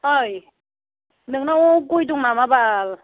ओइ नोंनाव गय दं नामा बाल